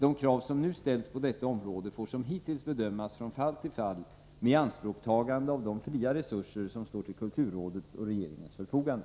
De krav som nu ställs på detta område får som hittills bedömas från fall till fall med ianspråktagande av de fria resurser som står till kulturrådets och regeringens förfogande.